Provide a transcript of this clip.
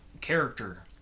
character